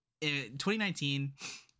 2019